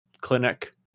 clinic